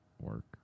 work